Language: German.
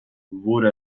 wurde